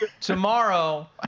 tomorrow